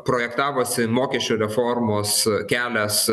projektavosi mokesčių reformos kelias